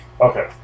Okay